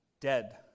dead